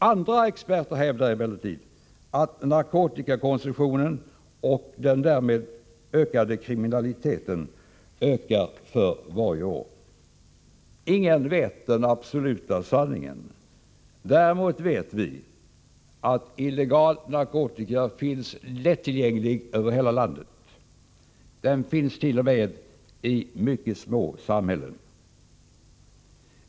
Andra experter hävdar emellertid att narkotikakonsumtionen och den därmed hörande kriminaliteten ökar för varje år. Ingen vet den absoluta sanningen. Däremot vet vi att illegal narkotika är lättillgänglig över hela landet. Den finns t.o.m. i mycket små samhällen.